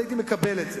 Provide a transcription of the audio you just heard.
הייתי מקבל את זה.